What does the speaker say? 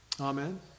Amen